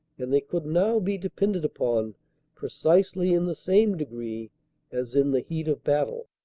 and they could now be depended upon precisely in the same degree as in the heat of battle.